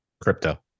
crypto